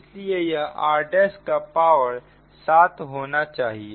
इसलिए यह r' का पावर 7 होना चाहिए